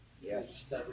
Yes